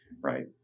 right